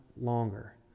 longer